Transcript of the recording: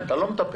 אבל צריך להכניס